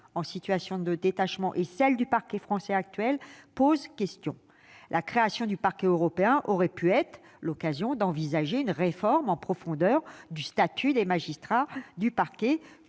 en situation de détachement, et celle du parquet français actuel pose-t-elle question. La création du Parquet européen aurait pu être l'occasion d'envisager une réforme en profondeur du statut des magistrats du parquet, réforme